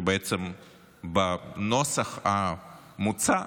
שבעצם בנוסח המוצע,